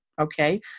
okay